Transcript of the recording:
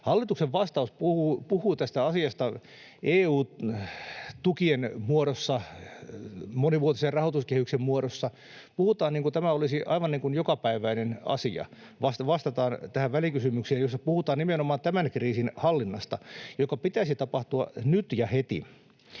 Hallituksen vastaus puhuu tästä asiasta EU-tukien muodossa, monivuotisen rahoituskehyksen muodossa. Puhutaan, niin kuin tämä olisi aivan jokapäiväinen asia, kun vastataan tähän välikysymykseen, jossa puhutaan nimenomaan tämän kriisin hallinnasta, jonka pitäisi tapahtua nyt ja heti.